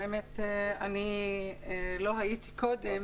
אני לא הייתי קודם,